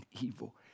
evil